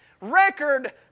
record